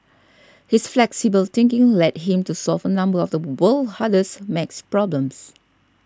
his flexible thinking led him to solve a number of the world's hardest math problems